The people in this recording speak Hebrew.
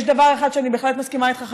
יש דבר אחד שאני בהחלט מסכימה איתך,